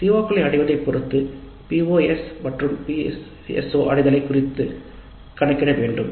CO களின் நிலையை பொருத்து POs மற்றும் PSO குறித்து கணக்கிட வேண்டும்